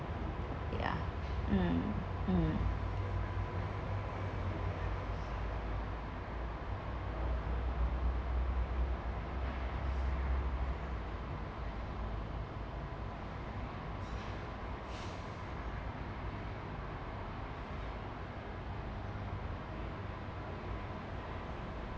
ya mm mm